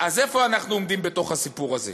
אז איפה אנחנו עומדים בתוך הסיפור הזה?